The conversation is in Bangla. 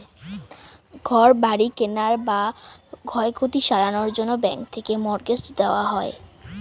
ঘর বাড়ি কেনার বা ক্ষয়ক্ষতি সারানোর জন্যে ব্যাঙ্ক থেকে মর্টগেজ দেওয়া হয়